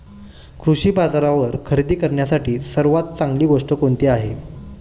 कृषी बाजारावर खरेदी करण्यासाठी सर्वात चांगली गोष्ट कोणती आहे?